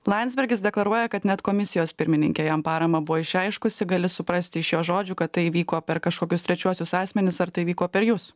landsbergis deklaruoja kad net komisijos pirmininkė jam paramą buvo išreiškusi gali suprasti iš jo žodžių kad tai įvyko per kažkokius trečiuosius asmenis ar tai vyko per jus